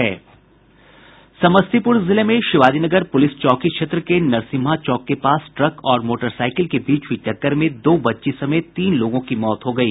समस्तीपुर जिले में शिवाजीनगर पुलिस चौकी क्षेत्र के नरसिम्हा चौक के पास ट्रक और मोटरसाइकिल के बीच हुई टक्कर में दो बच्ची समेत तीन लोगों की मौत हो गयी